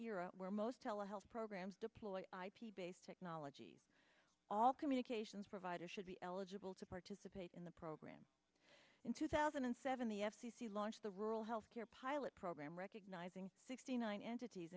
era where most tele health programs deploy ip based technology all communications provider should be eligible to participate in the program in two thousand and seven the f c c launched the rural health care pilot program recognizing sixty nine entities